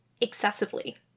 excessively